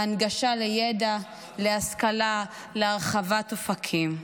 ההנגשה לידע, להשכלה, להרחבת אופקים.